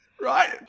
Right